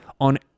on